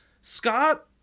Scott